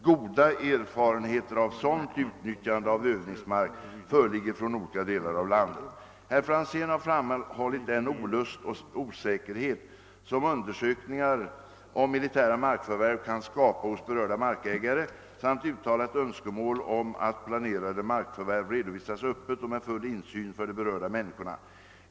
Goda erfarenheter av sådant utnyttjande av övningsmark föreligger från olika delar av landet. Herr Franzén har framhållit den olust och osäkerhet som undersökningar om militära markförvärv kan skapa hos berörda markägare samt uttalat önskemål om att planerade markförvärv redovisas öppet och med full insyn för de berörda människorna.